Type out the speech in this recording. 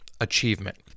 achievement